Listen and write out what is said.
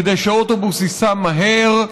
כדי שהאוטובוס ייסע מהר,